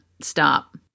stop